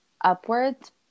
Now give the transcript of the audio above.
upwards